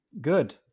good